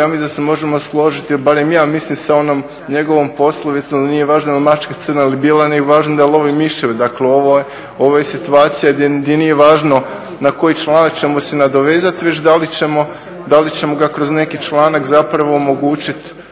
ja mislim da se možemo složiti, barem ja mislim, sa onom njegovom poslovicom da nije važno je li mačka crna ili bijela, nego je važno da lovi miševe. Dakle, ovo je situacija gdje nije važno na koji članak ćemo se nadovezati već da li ćemo će ga kroz neki članak zapravo omogućiti